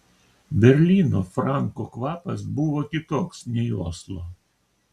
berlyno franko kvapas buvo kitoks nei oslo